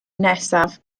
nesaf